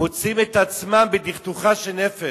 מוצאות את עצמן בדכדוכה של נפש.